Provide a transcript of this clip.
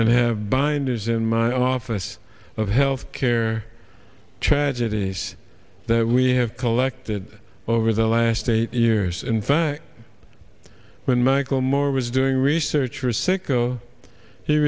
and have binders in my office of health care tragedies that we have collected over the last eight years in fact when michael moore was doing research for sicko he